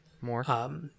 more